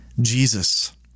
Jesus